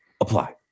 apply